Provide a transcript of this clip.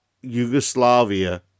Yugoslavia